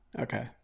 Okay